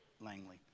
Langley